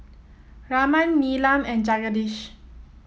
Raman Neelam and Jagadish